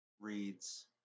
reads